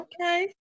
Okay